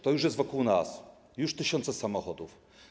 To już jest wokół nas, tysiące samochodów.